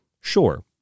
Sure